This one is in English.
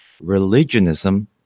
religionism